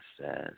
says